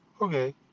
Okay